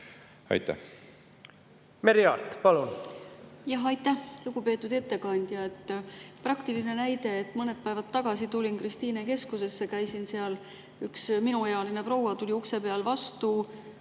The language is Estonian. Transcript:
Merry Aart, palun! Jah, aitäh! Lugupeetud ettekandja! Praktiline näide: mõned päevad tagasi läksin Kristiine Keskusesse, käisin seal, üks minuealine proua tuli ukse peal vastu,